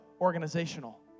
Organizational